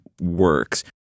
works